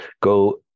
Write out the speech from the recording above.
Go